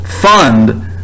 fund